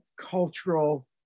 cultural